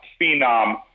phenom